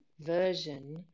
version